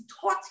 taught